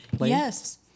Yes